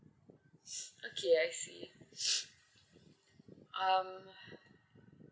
okay I see um